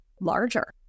larger